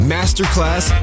Masterclass